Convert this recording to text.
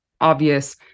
obvious